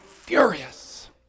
furious